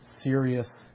Serious